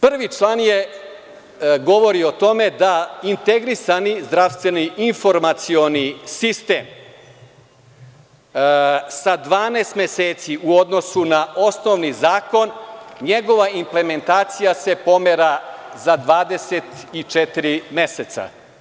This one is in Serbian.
Prvi član govori o tome da integrisani zdravstveni informacioni sistem sa 12 meseci u odnosu na osnovni zakon, njegova implementacija se pomera za 24 meseca.